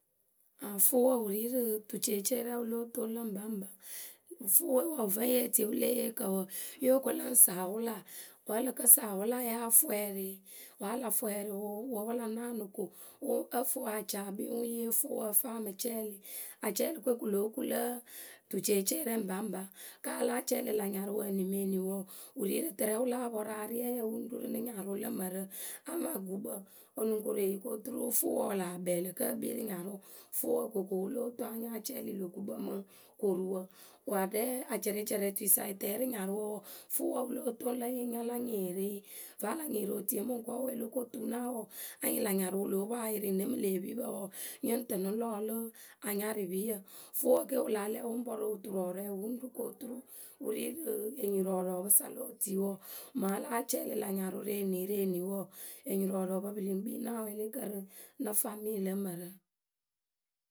Aŋ fʊʊwǝ wǝ ri rǝ tuceecewǝ rɛ wǝ lóo toŋ lǝ ŋpaŋpa. Fʊʊwǝ wɔɔ, vǝ́ yeh tie wǝ le eyykǝ wɔɔ, yo ko lǝ ŋ sǝ awʊla. Wǝ́ ǝ lǝ kǝ sǝ awʊlaye a fwɛɛrɩ yɩ vǝ́ a la frɛɛrɩwʊ wǝ́ wǝ la naanɨ ko ǝ fɩ wǝ a ca ekpii wǝ ŋ yee fʊʊwǝ ǝ fɨ a mɨ cɛɛlɩ. acɛɛlɩkǝ we kj lóo ku lǝ tuceeceewǝ rɛ baŋpa kǝ́ a láa cɛɛlɩ lä nyarʊwǝ eni mǝ eni wǝ wǝ ri rǝ tɨrɛ wǝ láa pɔrʊ ariɛyǝ wǝ ŋ ru rǝ nɨ nyarʊ lǝ mǝrǝ amaa gukpǝ o lu ŋ koru eyi ko turu fʊʊwǝ wǝ laa kpɛ lǝ̈ kǝ́ ekpii rǝ nyarʊ. Fʊʊwǝ koko wǝ lóo toŋ a nya acɛɛlɩ lö gukpǝ mɨ koruwǝ, ko aɖɛ acɛrɛcɛrɛtuisa yǝ tɛ rǝ nyarʊwǝ wɔ fʊʊwǝ wǝ lóo toŋlǝ yǝ ŋ nya la nyɩɩrɩ. Vǝ́ a la nyɩɩrɩ otuiye mɨkɔɔwe o lo ko tu naawǝ wɔɔ, anyɩŋ lä nyarʊ wǝ lóo poŋ ayɩrɩ ŋɨ mɨ lë epipǝ wɔɔ nyǝŋ tɨ nɨ lɔlʊ anyarɩpiyǝ fʊʊwǝ ke wǝ láa lɛ wǝ ŋ pɔrʊ oturɔɔrɔɔ wǝ ŋ ru ko turu wǝ ri rǝ enyirɔɔrɔɔpǝ sa lo otuiwɔ, mǝŋ a láa cɛɛlɩ lä nyarʊ rǝ eni ri eni wɔɔ enyirɔɔrɔɔpǝ pǝ lǝŋ kpii nɨ awɛɛlɩkǝ rɨ nɨ famille lǝ mǝrǝ.